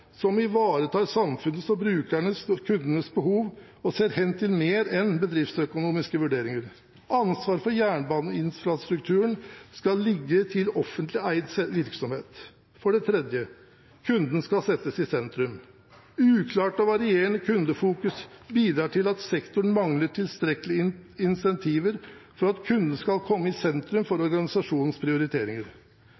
som ivaretar samfunnets, brukernes og kundenes behov, og som ser hen til mer enn bedriftsøkonomiske vurderinger. Ansvaret for jernbaneinfrastrukturen skal ligge til offentlig eid virksomhet. For det tredje: Kunden skal settes i sentrum. Uklart og varierende kundefokus bidrar til at sektoren mangler tilstrekkelige incentiver for at kunden skal komme i sentrum for organisasjonens prioriteringer.